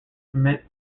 emits